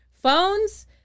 Phones